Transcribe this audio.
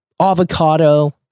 avocado